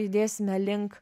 judėsime link